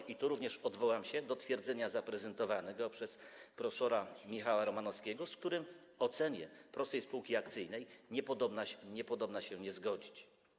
I tu również odwołam się do twierdzenia zaprezentowanego przez prof. Michała Romanowskiego, z którym w ocenie prostej spółki akcyjnej niepodobna się nie zgodzić.